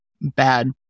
bad